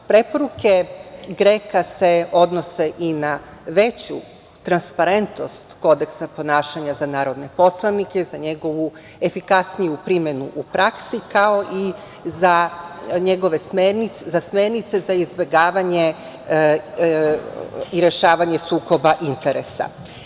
Preporuke GREKO-a se odnose i na veću transparentnost Kodeksa ponašanja za narodne poslanike, za njegovu efikasniju primenu u praksi, kao i za njegove smernice za izbegavanje i rešavanje sukoba interesa.